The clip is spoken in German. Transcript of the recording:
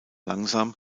langsam